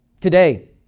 Today